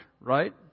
right